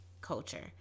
culture